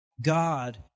God